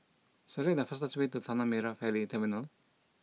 select the fastest way to Tanah Merah Ferry Terminal